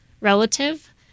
relative